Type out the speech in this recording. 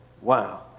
Wow